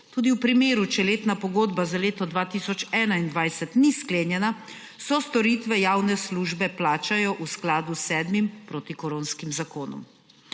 Tudi v primeru, če letna pogodba za leto 2021 ni sklenjena, se storitve javne službe plačajo v skladu s sedmim protikoronskim zakonom.